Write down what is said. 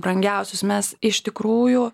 brangiausius mes iš tikrųjų